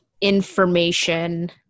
information